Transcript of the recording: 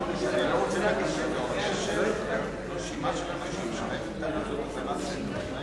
אני לא רוצה להגיד, יש רשימה של אנשים, אין לי